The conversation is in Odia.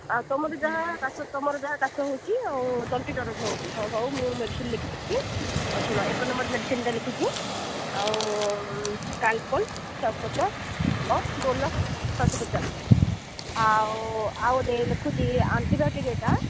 ଆଉ ତୁମର ଯାହା କାଶ ତୁମର ଯାହା କାଶ ହେଉଛି ଆଉ ତଣ୍ଟି ଦରଜ ହେଉଛି ହଁ ହଉ ମୁଁ ମେଡ଼ିସିନ୍ ଲେଖିଦେବି ହଉ ଶୁଣ ଏକ ନମ୍ବର୍ ମେଡ଼ିସିନ୍ଟା ଲେଖୁଛି ଆଉ କାଲ୍ପୋଲ୍ ଛଅଶହ ପଚାଶ ଆଉ ଡ଼ୋଲୋ ଛଅଶହ ପଚାଶ ଆଉ ଆଉ ଗୋଟେ ଲେଖୁଛି ଆଣ୍ଟିବାୟୋଟିକ୍ ଏଇଟା